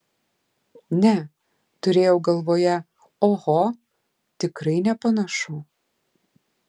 ne turėjau galvoje oho tikrai nepanašu